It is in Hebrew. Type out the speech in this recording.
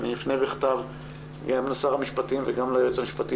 אני אפנה בכתב גם לשר המשפטים וגם ליועץ המשפטי